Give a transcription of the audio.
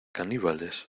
caníbales